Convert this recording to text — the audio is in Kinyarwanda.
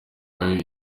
babe